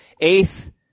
Eighth